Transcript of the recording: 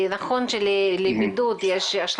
כי נכון שלבידוד יש השלכות.